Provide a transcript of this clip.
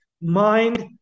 Mind